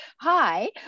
Hi